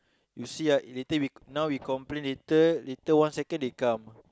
you see ah later we now we complain later later one second they come